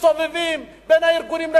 מסתובבים בין הארגונים,